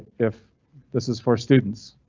if this is for students